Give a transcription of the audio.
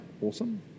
awesome